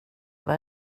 vad